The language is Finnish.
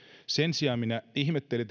sen sijaan minä ihmettelin